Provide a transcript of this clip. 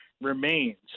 remains